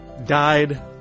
Died